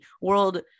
world